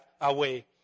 away